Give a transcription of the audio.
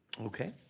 Okay